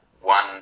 one